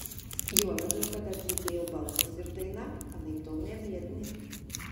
juo labiau kad atlikėjo balsas ir daina anaiptol ne biedni